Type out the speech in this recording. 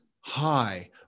high